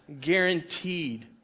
guaranteed